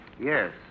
Yes